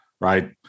right